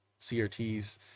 crts